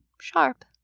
sharp